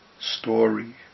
story